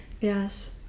Yes